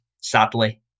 sadly